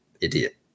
idiot